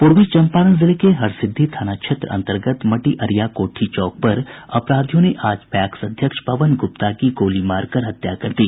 पूर्वी चंपारण जिले के हरसिद्धि थाना क्षेत्र अंतर्गत मटिअरिया कोठी चौक पर अपराधियों ने आज पैक्स अध्यक्ष पवन गुप्ता की गोली मारकर हत्या कर दी